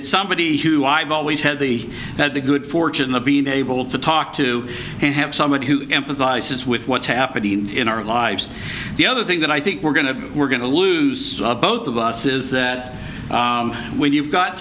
it's somebody who i've always had the had the good fortune of being able to talk to and have somebody who empathizes with what's happening in our lives the other thing that i think we're going to we're going to lose both of us is that when you've got